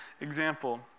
example